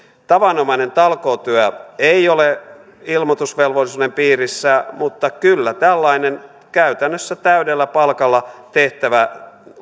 tavanomainen talkootyö ei ole ilmoitusvelvollisuuden piirissä mutta kyllä tällainen käytännössä täydellä palkalla tehtävä